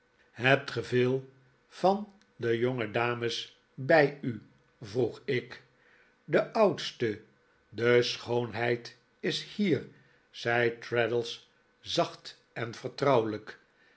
hebt ge veel van de jongedames bi u vroeg ik de oudste de schoonheid is hier zei traddles zacht en vertrouwelijk